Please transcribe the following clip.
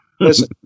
Listen